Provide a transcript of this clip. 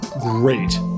great